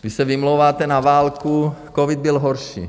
Vy se vymlouváte na válku, covid byl horší.